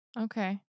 Okay